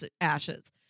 ashes